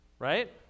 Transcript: right